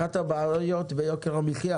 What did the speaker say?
אחת הבעיות ביוקר המחיה